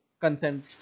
consent